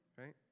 right